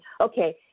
okay